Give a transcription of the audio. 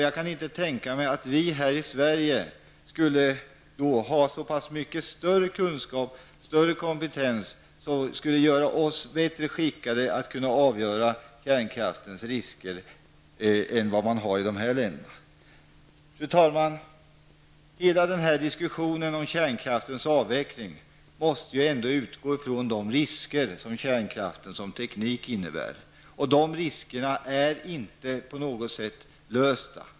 Jag kan inte tänka mig att vi här i Sverige skulle ha så mycket större kunskap och kompetens att vi är bättre skickade att avgöra kärnkraftens risker än man är i de uppräknade länderna. Fru talman! Hela diskussionen om kärnkraftens avveckling måste ändå utgå från de risker som kärnkraften som teknik innebär. De problemen är inte på något sätt lösta.